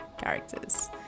characters